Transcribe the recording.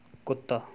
ਕੁੱਤਾ